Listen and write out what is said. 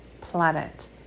planet